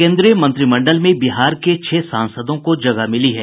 केंद्रीय मंत्रिमंडल में बिहार के छह सांसदों को जगह मिली है